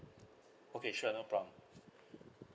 okay sure no problem